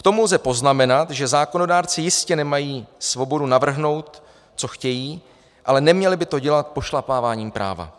K tomu lze poznamenat, že zákonodárci jistě nemají svobodu navrhnout, co chtějí, ale neměli by to dělat pošlapáváním práva.